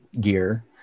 gear